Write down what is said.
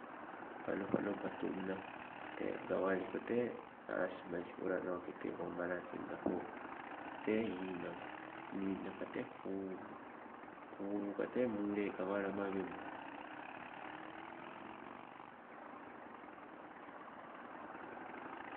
Panopano batunna tee gaweliko tee, asmali pola noke, tewo malakeng napo tee imang ninna tee kuulu, kuulu ka te mule gawalama wemo.